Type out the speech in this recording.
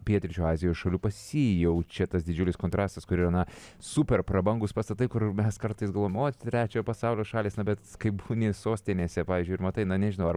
pietryčių azijos šalių pasijaučia tas didžiulis kontrastas kurio na super prabangūs pastatai kur mes kartais galvojam o trečiojo pasaulio šalys na bet kaip sostinėse pavyzdžiui ir matai na nežinau ar